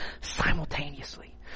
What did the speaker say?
simultaneously